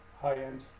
high-end